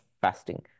fasting